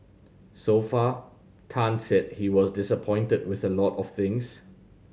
so far Tan said he was disappointed with a lot of things